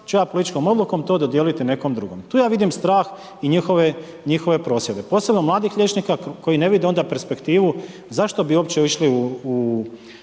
ću ja političkom odlukom to dodijeliti nekom drugom. Tu ja vidim strah i njihove prosvjede. Posebno mladih liječnika koji ne vide onda perspektivu zašto bi uopće išli u